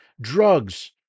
drugs